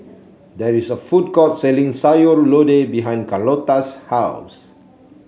there is a food court selling Sayur Lodeh behind Carlotta's house